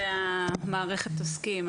זאת מערכת העוסקים,